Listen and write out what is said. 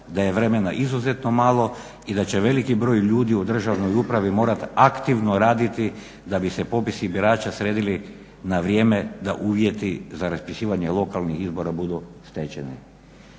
da je vremena izuzetno malo i da će veliki broj ljudi u državnoj upravi morati aktivno raditi da bi se popisi birača sredili na vrijeme da uvjeti za raspisivanje lokalnih izbora budu stečeni.